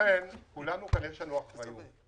כולנו נציגי ציבור ויש לכולנו אחריות